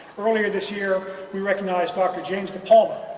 earlier this year we recognize dr. james depalma,